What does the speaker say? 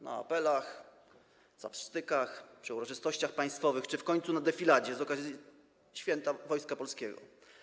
Na apelach, capstrzykach, przy okazji uroczystości państwowych czy w końcu na defiladzie z okazji Święta Wojska Polskiego.